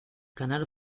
canal